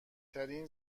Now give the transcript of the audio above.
ترین